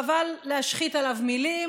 חבל להשחית עליו מילים.